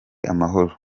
amahoro